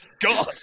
God